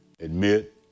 admit